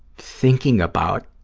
thinking about